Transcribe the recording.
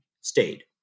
stayed